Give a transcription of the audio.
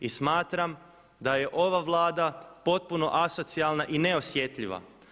I smatram da je ova Vlada potpuno asocijalna i neosjetljiva.